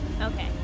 Okay